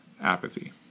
apathy